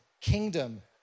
kingdom